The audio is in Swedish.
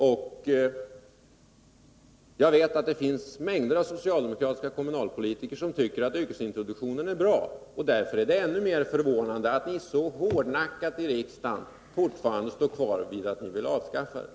Och jag vet att det finns en mängd socialdemokratiska kommunalpolitiker som tycker att yrkesintroduktionen är bra. Därför är det ännu mer förvånande att ni i riksdagen fortfarande så hårdnackat står kvar vid att ni vill avskaffa den.